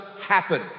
happen